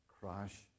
crash